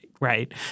right